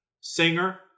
Singer